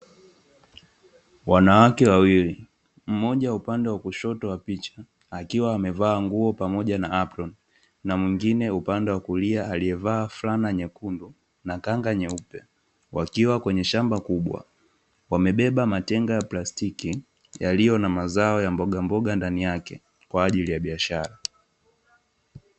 Wanawake wawili mmoja upande wa kushoto wa picha, akiwa amevaa nguo pamoja aproni, na mwingine upande wa kulia aliyevaa fulana nyekundu na kanga nyeupe. Wakiwa kwenye shamba kubwa, wamebeba matenga ya plastiki, yaliyo na mazao ya mbogamboga ndani yake, kwa ajili ya biashara.